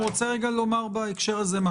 משהו בהקשר הזה.